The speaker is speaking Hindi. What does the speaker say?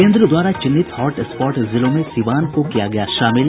केन्द्र द्वारा चिन्हित हॉट स्पॉट जिलों में सिवान को किया गया शामिल